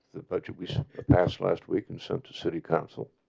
the budget we so passed last week and since the city council,